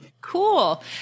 Cool